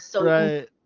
Right